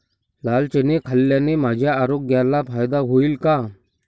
लाल चणे खाल्ल्याने माझ्या आरोग्याला फायदा होईल का?